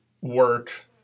work